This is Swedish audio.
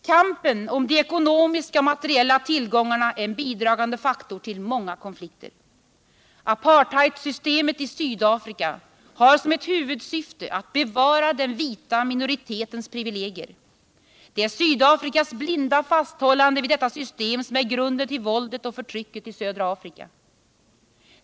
Kampen om de ekonomiska och materiella tillgångarna är en bidragande faktor till många konflikter. Apartheidsystemet i Sydafrika har som ett huvudsyfte att bevara den vita minoritetens privilegier. Det är Sydafrikas blinda fasthållande vid detta system som är grunden till våldet och förtrycket i södra Afrika.